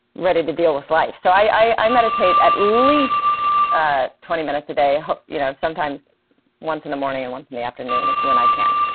ready to deal with life. so i meditate at least ah twenty minutes a day, you know sometimes once in the morning and once in the afternoon when i can